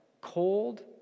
cold